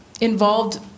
involved